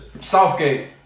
Southgate